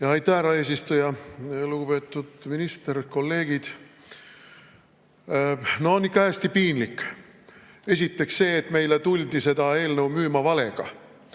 Aitäh, härra eesistuja! Lugupeetud minister! Kolleegid! No on ikka hästi piinlik. Esiteks see, et meile tuldi seda eelnõu müüma valega,